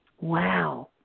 Wow